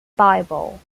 bible